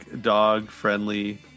dog-friendly